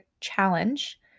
challenge